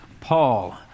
Paul